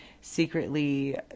secretly